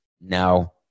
No